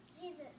Jesus